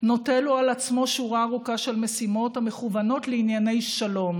נוטל הוא על עצמו שורה ארוכה של משימות המכוונות לענייני שלום,